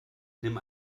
nimm